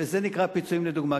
וזה נקרא "פיצויים לדוגמה".